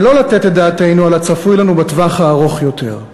ולא לתת את דעתנו על הצפוי לנו בטווח הארוך יותר,